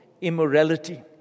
immorality